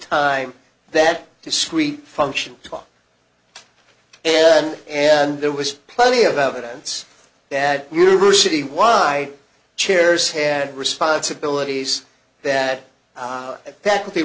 time that discreet function top ten and there was plenty of evidence that university wide chairs had responsibilities that faculty